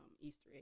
easter